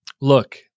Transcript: look